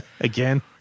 Again